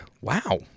wow